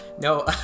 No